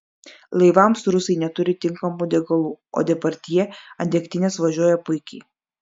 laivams rusai neturi tinkamų degalų o depardjė ant degtinės važiuoja puikiai